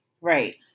right